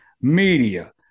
media